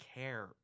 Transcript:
care